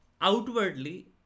outwardly